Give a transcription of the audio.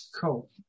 cool